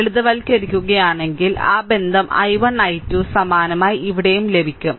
ലളിതവൽക്കരിക്കുകയാണെങ്കിൽ ആ ബന്ധം I1 I2 സമാനമായി ഇവിടെയും ലഭിക്കും